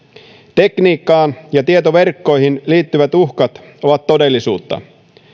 tekniikkaan ja tietoverkkoihin liittyvät uhkat ovat todellisuutta